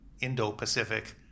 Indo-Pacific